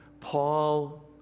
Paul